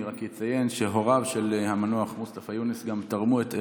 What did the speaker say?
אני רק אציין שהוריו של המנוח מוסטפא יונס גם תרמו את אבריו,